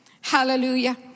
hallelujah